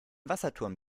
wasserturm